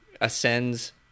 ascends